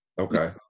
Okay